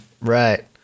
Right